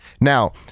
now